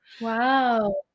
wow